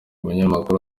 munyamakuru